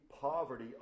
Poverty